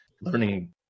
learning